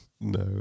No